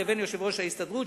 לבין יושב-ראש ההסתדרות,